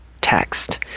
text